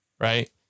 Right